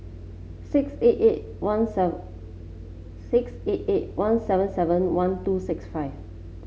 six eight eight one seven six eight eight one seven seven one two six five